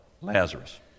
Lazarus